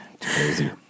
crazy